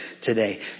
today